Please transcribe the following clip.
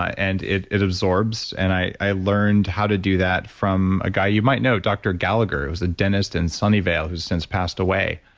and it it absorbs. and i learned how to do that from a guy you might know, doctor gallagher, who was the dentist in sunnyvale who's since passed away.